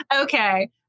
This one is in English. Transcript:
Okay